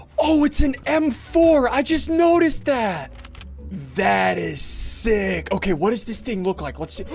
oh it's an m four i just noticed that that is sick. okay. what does this thing look like? let's see.